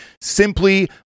simply